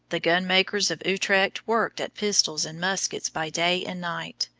the gunmakers of utrecht worked at pistols and muskets by day and night,